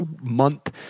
month